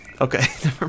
okay